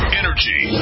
energy